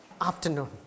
afternoon